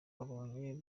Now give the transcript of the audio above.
abonye